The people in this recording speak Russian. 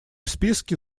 списке